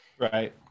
right